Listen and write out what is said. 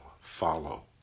follow